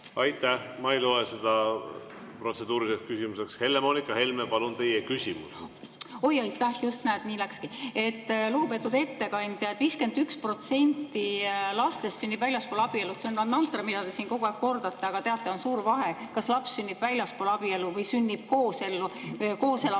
Aitäh! Ma ei loe seda protseduuriliseks küsimuseks. Helle‑Moonika Helme, palun nüüd teie küsimus! Oi, aitäh! Just, näed, nii läkski! Lugupeetud ettekandja! 51% lastest sünnib väljaspool abielu. See on mantra, mida te siin kogu aeg kordate. Aga teate, on suur vahe, kas laps, kes sünnib väljaspool abielu, sünnib koos elama